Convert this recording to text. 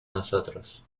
nosotros